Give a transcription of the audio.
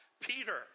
Peter